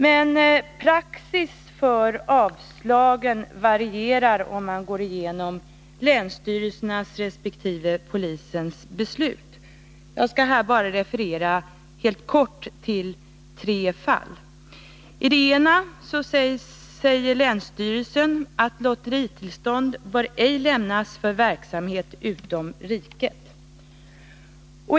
Men praxis för avslagen varierar — det ser man om man går igenom länsstyrelsernas och polisens beslut. Jag skall här bara helt kort referera tre fall. I det ena säger länsstyrelsen att lotteritillstånd ej bör lämnas för verksamhet utom riket.